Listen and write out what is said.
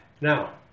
Now